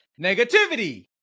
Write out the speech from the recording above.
negativity